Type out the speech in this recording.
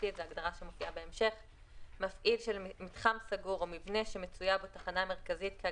ולכן המטרה של התקנות היא מצד אחד לצמצם את התחבורה,